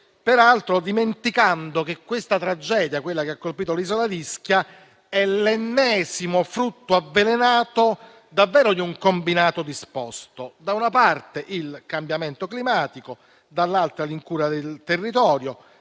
peraltro dimenticando che la tragedia che ha colpito l'isola di Ischia è l'ennesimo frutto avvelenato davvero di un combinato disposto: da una parte il cambiamento climatico, dall'altra l'incuria del territorio.